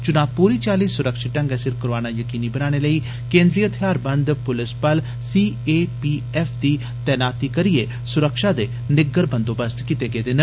चुना पूरी चाली सुरक्षत ढंगै सिर करोआना यकीन बनाने लेई केन्द्री हथियारबंद पूलस बल सी ए पी एफ दी तनाती करिऐ सुरक्षा दे निग्गर बंदोबस्त कीते गेदे न